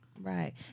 Right